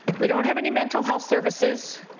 we don't have any mental health services.